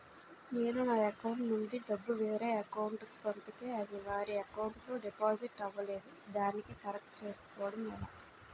నేను నా అకౌంట్ నుండి డబ్బు వేరే వారి అకౌంట్ కు పంపితే అవి వారి అకౌంట్ లొ డిపాజిట్ అవలేదు దానిని కరెక్ట్ చేసుకోవడం ఎలా?